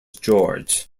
george